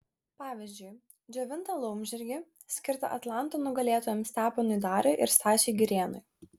pavyzdžiui džiovintą laumžirgį skirtą atlanto nugalėtojams steponui dariui ir stasiui girėnui